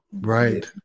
right